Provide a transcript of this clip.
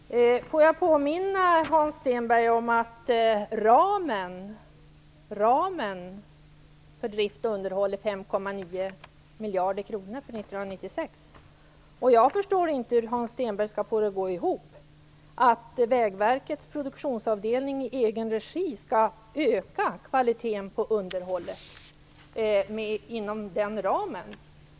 Fru talman! Jag vill påminna Hans Stenberg om att ramen för drift och underhåll för 1996 är 5,9 miljarder kronor. Jag förstår inte hur Hans Stenberg skall få det att gå ihop att Vägverkets produktionsavdelning i egen regi skall öka kvaliteten på underhållet inom den ramen.